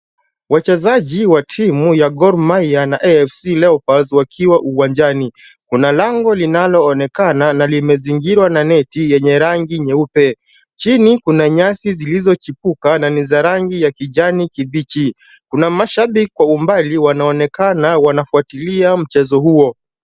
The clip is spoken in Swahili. Wachezaji wa timu ya Gor Mahia na AFC Leopards wakiwa uwanjani. Kuna lango linaloonekana na limezingirwa na neti yenye rangi nyeupe. Chini kuna nyasi iliyochipuka na ni ya rangi ya kijani kibichi. Kuna mashabiki kwa umbali wanaonekana wanafuatilia mchezo huo.